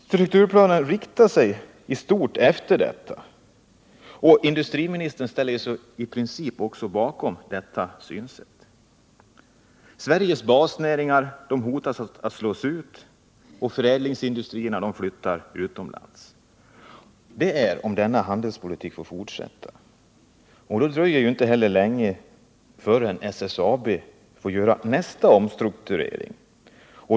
Strukturplanen rättar sig i stort härefter, och industriministern ställer sig också i princip bakom detta synsätt. Sveriges basnäringar hotas att slås ut, och förädlingsindustrierna flyttas utomlands. Om denna handelspolitik får fortsätta dröjer det inte heller länge förrän SSAB får göra nästa omstrukturering.